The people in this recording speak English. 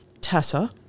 Tessa